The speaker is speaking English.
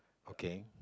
okay